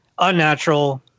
Unnatural